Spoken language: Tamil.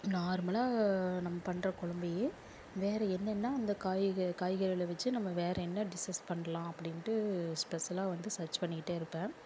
நார்மலாக நம்ம பண்ணுற கொழம்பையே வேற என்னென்னா அந்த காய்க காய்கறிகளை வச்சு நம்ம வேற என்ன டிஷ்ஷஸ் பண்ணலாம் அப்படின்ட்டு ஸ்பெஷலாக வந்து சர்ச் பண்ணிட்டே இருப்பேன்